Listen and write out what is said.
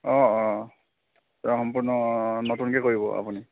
অঁ অঁ সম্পূৰ্ণ নতুনকৈ কৰিব আপুনি